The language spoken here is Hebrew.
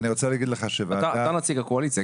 --- אני רוצה להגיד לך --- אתה נציג הקואליציה,